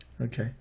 Okay